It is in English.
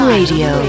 Radio